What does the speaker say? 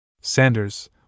Sanders